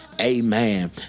Amen